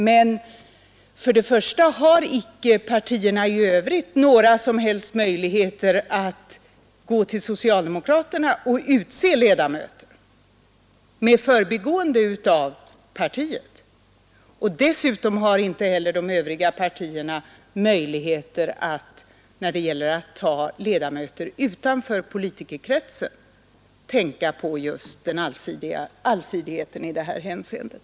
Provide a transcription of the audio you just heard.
Men för det första har inte oppositionspartierna några som helst möjligheter att dirigera utseendet av de parlamentariska ledamöterna från andra partier. Och för det andra har inte heller oppositionspartierna möjligheter att som regeringen föreslå flera ledamöter, varav en del utanför politikerkretsen, och därmed tillgodose just allsidigheten i det här hänseendet.